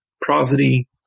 prosody